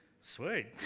Sweet